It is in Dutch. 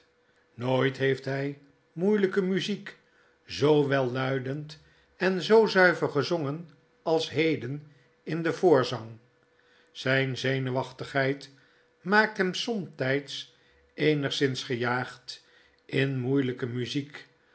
nooit heeft hij moeielijke muziek zoo welluidend en zoo zuiver gezongen als heden in den voorzang zijne zenuwachtigheid maakt hem somtijds eenigszins gejaagd in moeielijke muziek